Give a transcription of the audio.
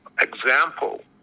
example